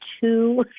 two